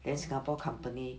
then singapore company